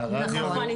נכון,